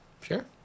Sure